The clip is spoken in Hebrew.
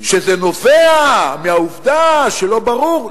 שזה נובע מהעובדה שלא ברור,